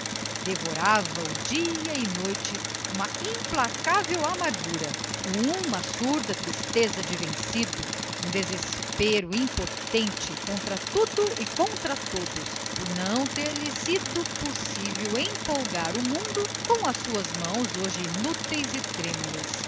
necessidade devorava o noite e dia uma implacável amargura uma surda tristeza de vencido um desespero impotente contra tudo e contra todos por não lhe ter sido possível empolgar o mundo com as suas mãos hoje inúteis e trêmulas